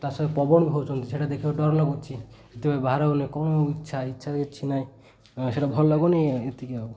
ତା ସହିତ ପବନ ହଉଛନ୍ତି ସେଇଟା ଦେଖିବାକୁ ଡର ଲାଗୁଛି ଏଥିପାଇଁ ବାହାର ହଉନି କ'ଣ ଇଚ୍ଛା ଇଚ୍ଛା କିଛି ନାଇଁ ସେଇଟା ଭଲ ଲାଗୁନି ଏତିକି ଆଉ